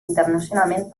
internacionalment